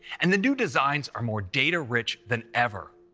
and the new designs are more data rich than ever.